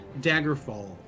Daggerfall